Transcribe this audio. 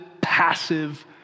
passive